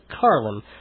Carlin